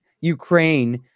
Ukraine